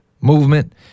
movement